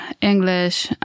English